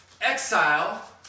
exile